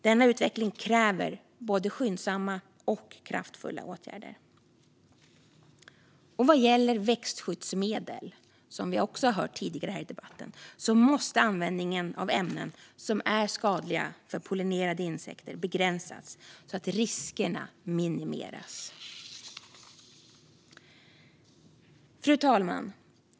Denna utveckling kräver både skyndsamma och kraftfulla åtgärder. Vad gäller växtskyddsmedel, som vi också har hört om tidigare i debatten, måste användningen av ämnen som är skadliga för pollinerande insekter begränsas så att riskerna minimeras. Fru talman!